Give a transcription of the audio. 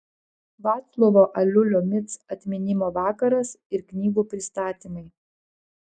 vaclovo aliulio mic atminimo vakaras ir knygų pristatymai